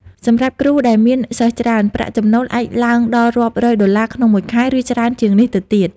សម្រាប់គ្រូដែលមានសិស្សច្រើន ប្រាក់ចំណូលអាចឡើងដល់រាប់រយដុល្លារក្នុងមួយខែ ឬច្រើនជាងនេះទៅទៀត។